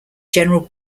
general